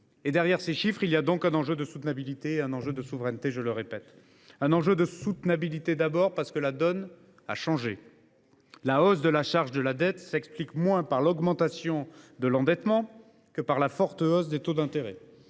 : derrière ces chiffres, il y a à la fois un enjeu de soutenabilité et un enjeu de souveraineté. Il y a un enjeu de soutenabilité, d’abord, parce que la donne a changé. L’alourdissement de la charge de la dette s’explique moins par l’augmentation de l’endettement que par la forte hausse des taux d’intérêt.